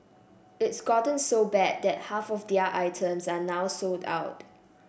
it's gotten so bad that half of their items are now sold out